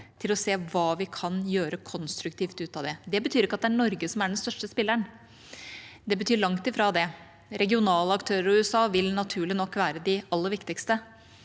til å se hva vi kan gjøre konstruktivt ut av det. Det betyr ikke at det er Norge som er den største spilleren, det betyr langt ifra det. Regionale aktører og USA vil naturlig nok være de aller viktigste.